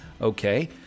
Okay